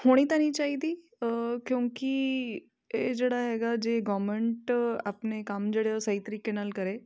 ਹੋਣੀ ਤਾਂ ਨਹੀਂ ਚਾਹੀਦੀ ਕਿਉਂਕਿ ਇਹ ਜਿਹੜਾ ਹੈਗਾ ਜੇ ਗੌਰਮੈਂਟ ਆਪਣੇ ਕੰਮ ਜਿਹੜੇ ਉਹ ਸਹੀ ਤਰੀਕੇ ਨਾਲ ਕਰੇ